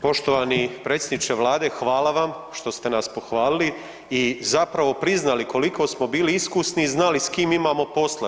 Poštovani predsjedniče vlade, hvala vam što ste nas pohvalili i zapravo priznali koliko smo bili iskusni i znali s kim imamo posla.